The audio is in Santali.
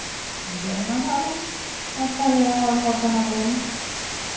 ᱟᱹᱰᱤ ᱟᱭᱢᱟ ᱫᱚ ᱟᱞᱚᱢ ᱦᱟᱛᱟᱣ ᱛᱟᱞᱮᱭᱟ ᱦᱚᱲ ᱦᱚᱲ ᱠᱟᱱᱟ ᱵᱚᱱ